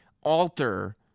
alter